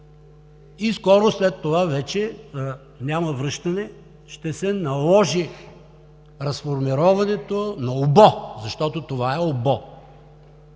и скоро след това вече няма връщане – ще се наложи разформироването на УБО, защото това е УБО,